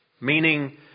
meaning